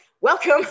welcome